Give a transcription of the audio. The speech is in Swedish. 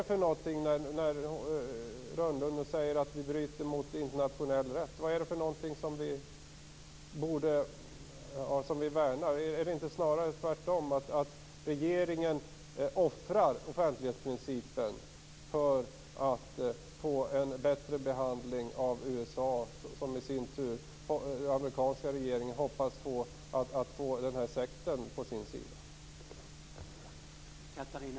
Rönnung säger att vi bryter mot internationell rätt, men vad är det vi värnar? Är det inte tvärtom så att regeringen offrar offentlighetsprincipen för att få en bättre behandling av USA:s regering, som i sin tur hoppas få den här sekten på sin sida?